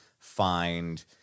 find